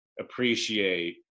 appreciate